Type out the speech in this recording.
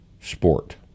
sport